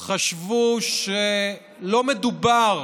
חשבו שלא מדובר